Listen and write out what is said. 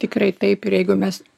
tikrai taip ir jeigu mes